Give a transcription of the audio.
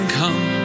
come